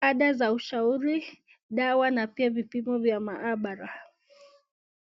ada za ushauri, dawa na pia vipimo vya maabara.